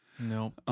No